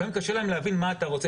לפעמים קשה להם להבין מה אתה רוצה,